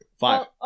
Five